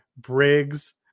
Briggs